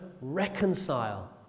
reconcile